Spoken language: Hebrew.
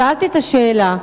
שאלתי את השאלה